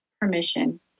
permission